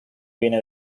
viene